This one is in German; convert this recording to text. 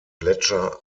gletscher